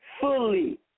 fully